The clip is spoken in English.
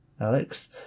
Alex